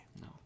No